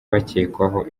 bakekwaho